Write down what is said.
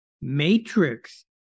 matrix